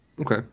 Okay